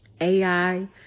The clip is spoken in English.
AI